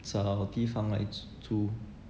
找地方 like z~ 租